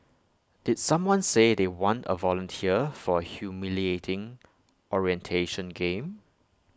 did someone say they want A volunteer for A humiliating orientation game